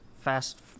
fast